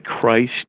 Christ